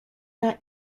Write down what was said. not